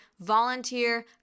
volunteer